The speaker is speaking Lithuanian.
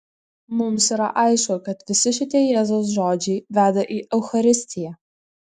mums yra aišku kad visi šitie jėzaus žodžiai veda į eucharistiją